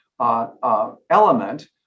element